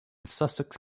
sussex